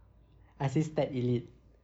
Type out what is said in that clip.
I said start elite